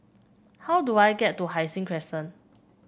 how do I get to Hai Sing Crescent